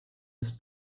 his